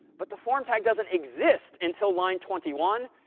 but the form tag doesn't exist until line twenty one,